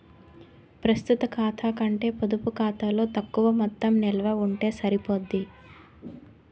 ప్రస్తుత ఖాతా కంటే పొడుపు ఖాతాలో తక్కువ మొత్తం నిలవ ఉంటే సరిపోద్ది